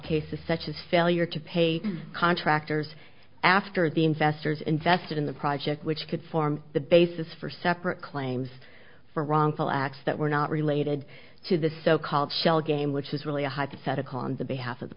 cases such as failure to pay contractors after the investors invested in the project which could form the basis for separate claims for wrongful acts that were not related to the so called shell game which is really a hypothetical on the behalf of the